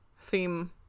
theme